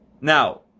Now